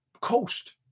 coast